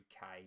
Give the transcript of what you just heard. UK